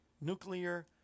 Nuclear